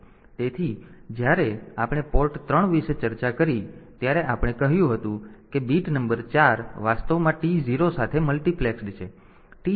તેથી જ્યારે આપણે પોર્ટ 3 વિશે ચર્ચા કરી ત્યારે આપણે કહ્યું કે બીટ નંબર 4 વાસ્તવમાં T0 સાથે મલ્ટિપ્લેક્સ્ડ છે